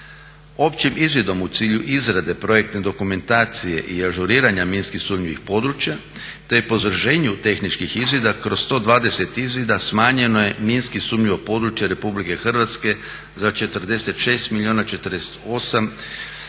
Općim izvidom u cilju izrade projektne dokumentacije i ažuriranja minski sumnjivih područja, te po … tehničkih izvida kroz 120 izvida smanjeno je minski sumnjivog područja RH za 46 milijuna 48 tisuća